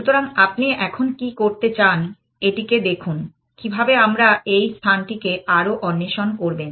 সুতরাং আপনি এখন কি করতে চান এদিকে দেখুন কিভাবে আমরা এই স্থানটিকে আরো অন্বেষণ করবেন